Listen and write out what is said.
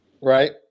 right